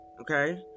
Okay